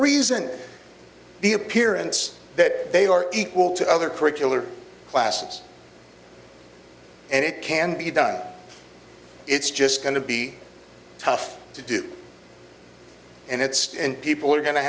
reason the appearance that they are equal to other curricular classes and it can be done it's just going to be tough to do and it's and people are go